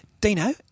Dino